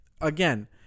again